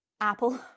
Apple